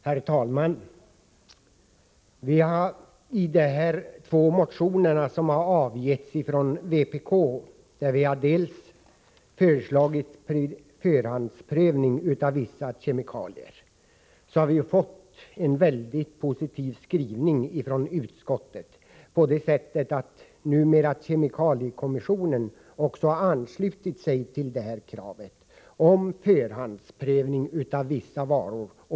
Herr talman! I fråga om de två motioner som avgivits från vpk och där vi föreslagit en förhandsprövning av vissa kemikalier är utskottets skrivning mycket positiv. Det framgår att även kemikommissionen har anslutit sig till vårt krav på en förhandsprövning av vissa varor.